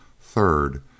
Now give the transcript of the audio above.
Third